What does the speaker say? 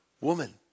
Woman